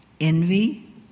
envy